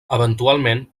eventualment